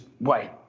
wait